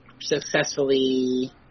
successfully